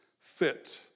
fit